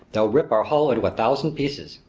they'll rip our hull into a thousand pieces!